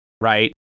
right